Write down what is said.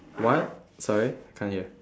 what sorry can't hear